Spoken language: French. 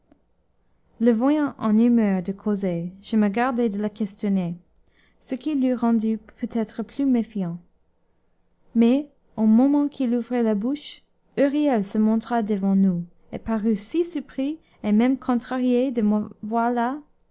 le voyant en humeur de causer je me gardai de le questionner